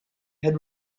had